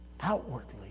outwardly